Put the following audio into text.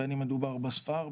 בין אם מדובר בספר,